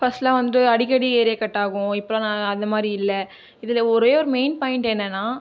ஃபஸ்ட்லாம் வந்து அடிக்கடி area cut ஆகும் இப்பலாம் நா அந்தமாதிரி இல்லை இதில் ஒரேயொரு மெயின் பாயிண்ட் என்னான்னா